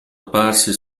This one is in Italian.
apparsi